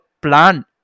plan